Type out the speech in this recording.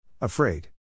Afraid